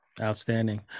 outstanding